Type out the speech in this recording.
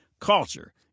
Culture